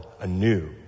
anew